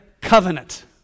covenant